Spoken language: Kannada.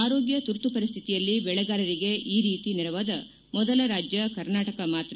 ಆರೋಗ್ಯ ತುರ್ತು ಪರಿಸ್ಥಿತಿಯಲ್ಲಿ ಬೆಳೆಗಾರರಿಗೆ ಈ ರೀತಿ ನೆರವಾದ ಮೊದಲ ರಾಜ್ಯ ಕರ್ನಾಟಕ ಮಾತ್ರ